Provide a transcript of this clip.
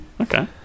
Okay